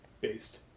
based